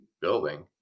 building